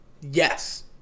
yes